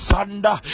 Sanda